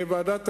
בוועדת הכספים,